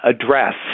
address